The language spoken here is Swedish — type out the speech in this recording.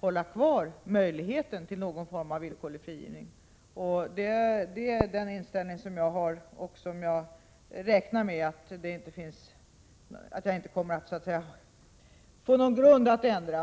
ha kvar möjligheten till någon form av villkorlig frigivning. Jag räknar med att jag inte kommer att ha anledning att ändra denna inställning.